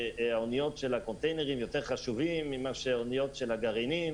שהאוניות של המכולות יותר חשובות מהאוניות של הגרעינים